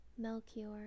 Melchior